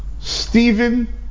Stephen